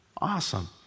Awesome